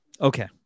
Okay